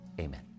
Amen